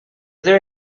there